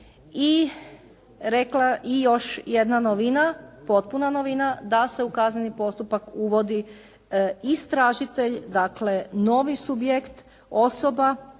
i rekla, i još jedna novina, potpuna novina, da se u kazneni postupak uvodi istražitelj, dakle novi subjekt osoba